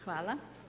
Hvala.